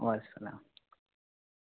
وعلیکم السلام